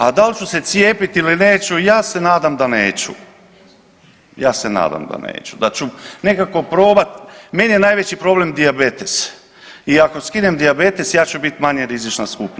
Al dal ću se cijepiti ili neću, ja se nadam da neću, ja se nadam da neću, da ću nekako probat, meni je najveći problem dijabetes i ako skinem dijabetes ja ću bit manje rizična skupina.